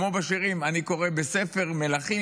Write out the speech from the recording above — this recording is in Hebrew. כמו בשירים "אני קורא בספר מלכים",